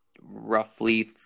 roughly